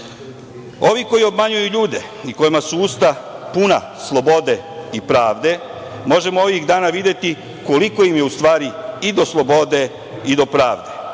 Ovi koji obmanjuju ljude i kojima su usta puna slobode i pravde možemo ovih dana videti koliko im je i do slobode i do